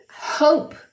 Hope